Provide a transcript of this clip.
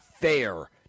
fair